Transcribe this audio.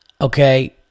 okay